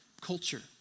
culture